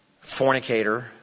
fornicator